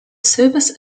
service